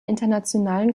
internationalen